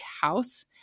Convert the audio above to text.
house